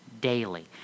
daily